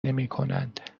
نمیکنند